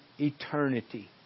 eternity